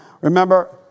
Remember